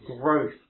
growth